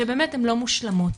שבאמת הן לא מושלמות.